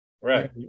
right